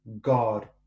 God